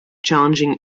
challenging